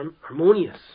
harmonious